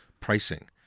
pricing